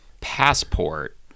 passport